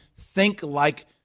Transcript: think-like